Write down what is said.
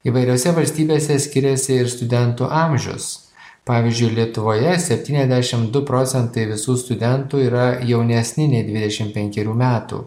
įvairiose valstybėse skiriasi ir studentų amžius pavyzdžiui lietuvoje septyniasdešim du procentai visų studentų yra jaunesni nei dvidešim penkerių metų